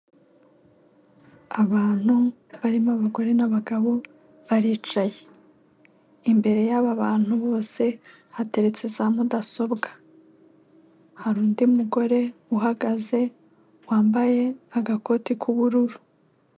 Abantu barimo abagore n'abagabo baricaye, imbere y'aba bantu bose hateretse za mudasobwa, hari undi mugore uhagaze wambaye agakoti k'ubururu.